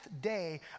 day